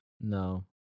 No